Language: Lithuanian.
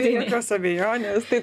be jokios abejonės tai